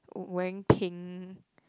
w~ wearing pink